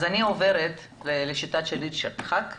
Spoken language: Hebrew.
אז אני עוברת לשיטה של חבר כנסת,